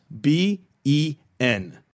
B-E-N